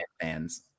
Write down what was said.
fans